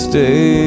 Stay